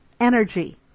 energy